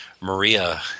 Maria